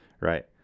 right